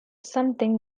something